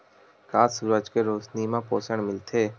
का सूरज के रोशनी म पोषण मिलथे?